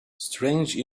strange